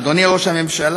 אדוני ראש הממשלה,